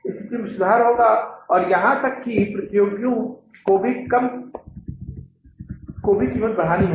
स्थिति में सुधार होगा और यहां तक कि प्रतियोगियों को भी कीमत बढ़ानी होगी